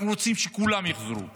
אנחנו רוצים שכולם יחזרו ועכשיו,